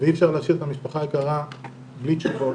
ואי-אפשר להשאיר את המשפחה היקרה בלי תשובות.